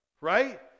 Right